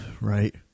Right